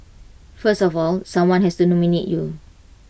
first of all someone has to nominate you